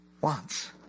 wants